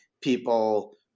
people